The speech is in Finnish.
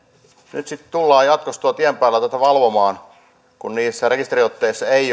nyt sitten tullaan jatkossa tuolla tien päällä tätä valvomaan kun niissä rekisteriotteissa ei